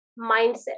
mindset